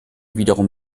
wiederum